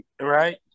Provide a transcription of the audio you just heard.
right